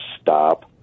stop